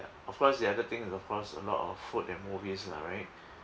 of course the other thing is of course a lot of food and movies lah right